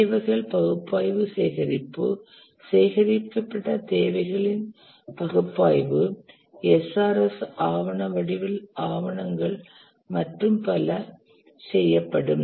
தேவைகள் பகுப்பாய்வு சேகரிப்பு சேகரிக்கப்பட்ட தேவைகளின் பகுப்பாய்வு SRS ஆவண வடிவில் ஆவணங்கள் மற்றும் பல செய்யப்படும்